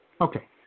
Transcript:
Okay